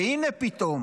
והינה פתאום